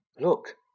Look